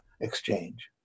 exchange